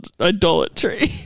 idolatry